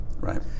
right